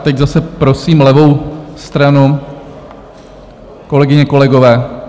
Teď zase prosím levou stranu, kolegyně, kolegové.